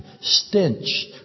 stench